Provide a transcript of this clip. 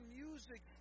music